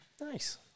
Nice